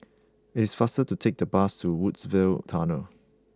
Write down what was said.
it is faster to take the bus to Woodsville Tunnel